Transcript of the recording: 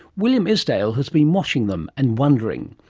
will um isdale has been watching them and wondering.